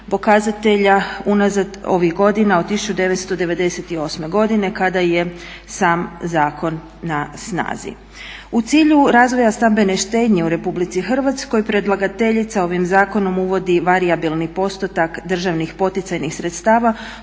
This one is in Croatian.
pokazatelja unazad ovih godina od 1998. godine kada je sam zakon na snazi. U cilju razvoja stambene štednje u Republici Hrvatskoj predlagateljica ovim zakonom uvodi varijabilni postotak državnih poticajnih sredstava